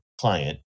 client